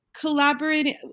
collaborating